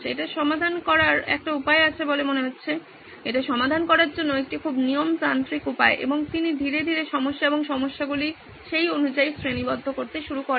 এটি সমাধান করার একটি উপায় বলে মনে হচ্ছে এটি সমাধান করার জন্য একটি খুব নিয়মতান্ত্রিক উপায় এবং তিনি ধীরে ধীরে সমস্যা এবং সমাধানগুলি সেই অনুযায়ী শ্রেণীবদ্ধ করতে শুরু করেন